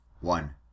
One